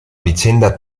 vicenda